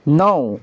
नौ